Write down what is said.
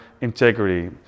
integrity